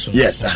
yes